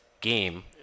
game